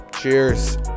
cheers